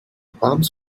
palms